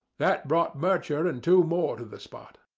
that brought murcher and two more to the spot.